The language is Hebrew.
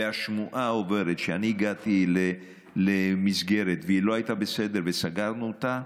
ועוברת השמועה שאני הגעתי למסגרת והיא לא הייתה בסדר וסגרנו אותה,